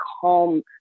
calm